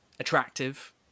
attractive